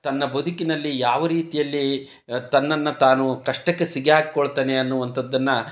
ತನ್ನ ಬದುಕಿನಲ್ಲಿ ಯಾವ ರೀತಿಯಲ್ಲಿ ತನ್ನನ್ನು ತಾನು ಕಷ್ಟಕ್ಕೆ ಸಿಕ್ಕಿ ಹಾಕಿಕೊಳ್ತಾನೆ ಅನ್ನುವಂಥದ್ದನ್ನು